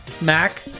Mac